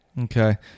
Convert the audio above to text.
Okay